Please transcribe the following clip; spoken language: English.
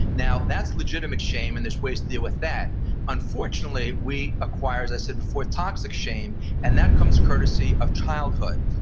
now that's legitimate shame and there's ways to deal with that unfortunately we acquire as i said before toxic shame and that comes courtesy of childhood,